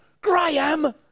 Graham